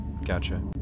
Gotcha